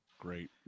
great